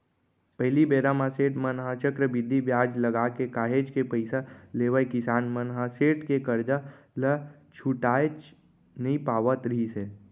पहिली बेरा म सेठ मन ह चक्रबृद्धि बियाज लगाके काहेच के पइसा लेवय किसान मन ह सेठ के करजा ल छुटाएच नइ पावत रिहिस हे